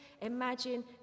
imagine